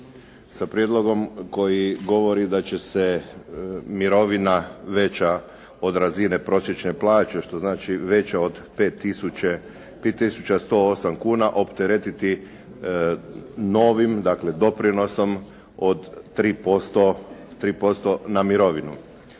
sa prijedlogom koji govori da će se mirovina veća od razine prosječne plaće, što znači veća od 5 tisuća 108 kuna opteretiti novim dakle doprinosom od 3% na mirovinu.